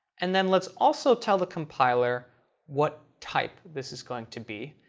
and then let's also tell the compiler what type this is going to be.